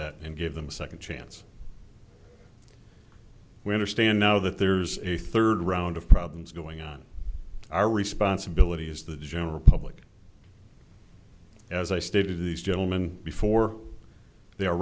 that and give them a second chance we understand now that there's a third round of problems going on our responsibility is the general public as i stated these gentlemen before they